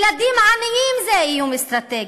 ילדים עניים זה איום אסטרטגי.